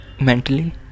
mentally